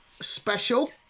special